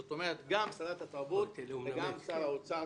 זאת אומרת: גם שרת התרבות וגם שר האוצר